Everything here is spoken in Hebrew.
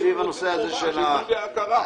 שייתנו לי הכרה.